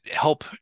help